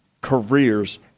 careers